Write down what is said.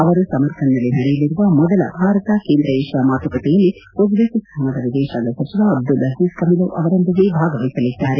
ಅವರು ಸಮರ್ಖಂಡ್ನಲ್ಲಿ ನಡೆಯಲಿರುವ ಮೊದಲ ಭಾರತ ಕೇಂದ್ರ ಏಷ್ಯಾ ಮಾತುಕತೆಯಲ್ಲಿ ಉಜ್ಲೇಕಿಸ್ತಾನದ ವಿದೇಶಾಂಗ ಸಚಿವ ಅಬ್ದುಲ್ ಅಜೀಜ್ ಕಮಿಲೋವ್ ಅವರೊಂದಿಗೆ ಭಾಗವಹಿಸಲಿದ್ದಾರೆ